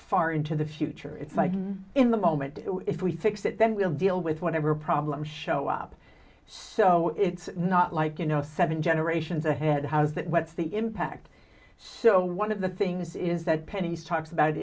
far into the future it's in the moment if we fix it then we'll deal with whatever problems show up so it's not like you know seven generations ahead has that what's the impact so one of the things is that penny's talks about it